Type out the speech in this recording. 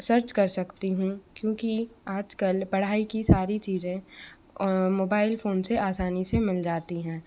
search कर सकती हूँ क्योंकि आज कल पढ़ाई की सारी चीज़ें मोबाइल फ़ोन से आसानी से मिल जाती हैं